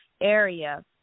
area